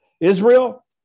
Israel